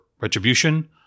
retribution